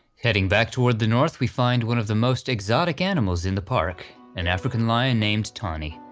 heading back toward the north we find one of the most exotic animals in the park an african lion named tawny.